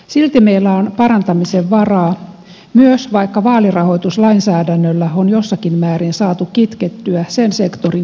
silti meillä on parantamisen varaa myös vaikka vaalirahoituslainsäädännöllä on jossakin määrin saatu kitkettyä sen sektorin korruptiota